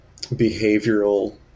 behavioral